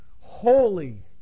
holy